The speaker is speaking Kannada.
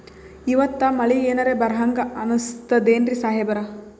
ಇವತ್ತ ಮಳಿ ಎನರೆ ಬರಹಂಗ ಅನಿಸ್ತದೆನ್ರಿ ಸಾಹೇಬರ?